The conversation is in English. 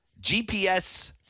GPS